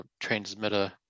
transmitter